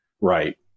right